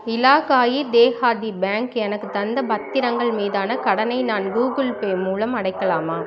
Ilaqai Dehati bank எனக்குத் தந்த பத்திரங்கள் மீதான கடனை நான் கூகுள் பே மூலம் அடைக்கலாமா